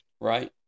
right